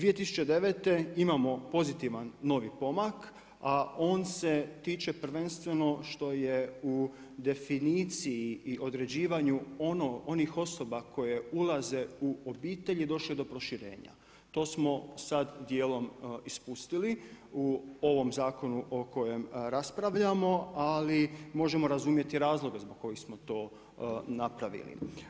2009. imamo pozitivan novi pomak, a on se tiče prvenstveno što je u definiciji i određivanju onih osoba koje ulaze u obitelji došlo je do proširenja, to smo sad dijelom i spustili u ovom zakonu o kojem raspravljamo, ali možemo razumjeti razloge zbog kojih smo to napravili.